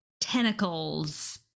tentacles